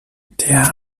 der